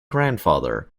grandfather